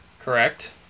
Correct